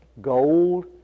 Gold